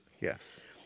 Yes